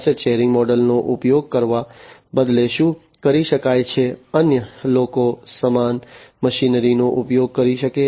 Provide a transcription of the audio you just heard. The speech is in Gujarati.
એસેટ શેરિંગ મોડલ નો ઉપયોગ કરવાને બદલે શું કરી શકાય કે અન્ય લોકો સમાન મશીનરીનો ઉપયોગ કરી શકે